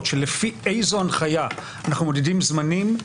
של לפי איזו הנחיה אנחנו מודדים זמנים,